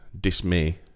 dismay